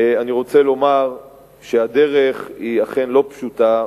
אני רוצה לומר שהדרך היא אכן לא פשוטה,